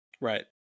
Right